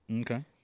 Okay